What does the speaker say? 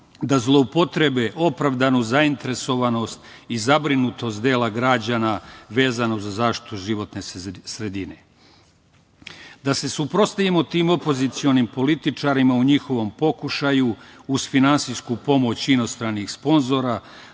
da zloupotrebe opravdanu zainteresovanost i zabrinutost dela građana vezano za zaštitu životne sredine, da se suprotstavimo tim opozicionim političarima u njihovom pokušaju, uz finansijsku pomoć inostranih sponzora,